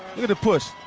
look at the push.